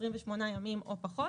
28 ימים או פחות,